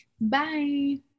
Bye